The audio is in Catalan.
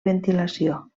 ventilació